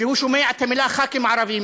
כשהוא שומע את המילים "ח"כים ערבים",